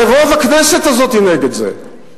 הרי רוב הכנסת הזאת הוא נגד זה.